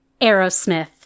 Aerosmith